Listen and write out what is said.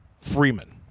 Freeman